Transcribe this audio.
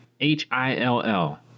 H-I-L-L